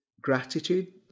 gratitude